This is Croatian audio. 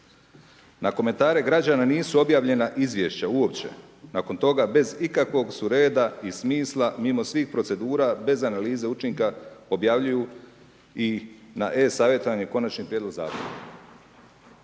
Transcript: Na komentare građana nisu objavljena izvješća, uopće, nakon toga, bez ikakvog su reda i smisla, mimo svih procedura, bez analize učinka objavljuju i na e-savjetovanje konačni prijedlog zakona.